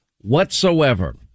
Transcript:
whatsoever